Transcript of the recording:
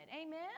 Amen